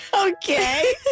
Okay